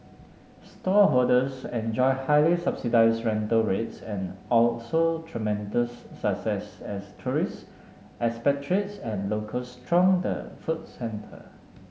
stallholders enjoyed highly subsidized rental rates and tremendous success as tourists expatriates and locals thronged the food center